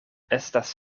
estas